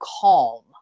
calm